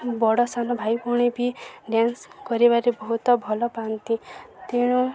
ବଡ଼ ସାନ ଭାଇ ଭଉଣୀ ବି ଡ଼୍ୟାନ୍ସ କରିବାରେ ବହୁତ ଭଲ ପାଆନ୍ତି ତେଣୁ